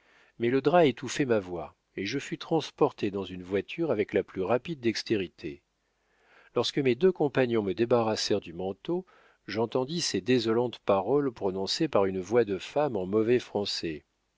mais le drap étouffait ma voix et je fus transporté dans une voiture avec la plus rapide dextérité lorsque mes deux compagnons me débarrassèrent du manteau j'entendis ces désolantes paroles prononcées par une voix de femme en mauvais français